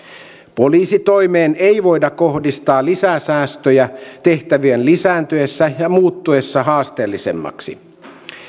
poliisitoimeen ei voida kohdistaa lisäsäästöjä tehtävien lisääntyessä ja muuttuessa haasteellisemmiksi